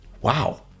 Wow